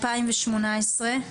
ו-2018?